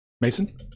Mason